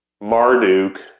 marduk